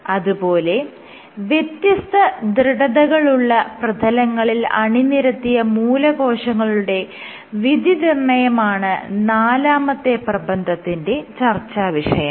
അതുപോലെ വ്യത്യസ്ത ദൃഢതകളുള്ള പ്രതലങ്ങളിൽ അണിനിരത്തിയ മൂലകോശങ്ങളുടെ വിധിനിർണ്ണയമാണ് നാലാമത്തെ പ്രബന്ധത്തിന്റെ ചർച്ച വിഷയം